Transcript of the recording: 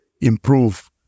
improve